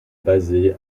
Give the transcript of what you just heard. basée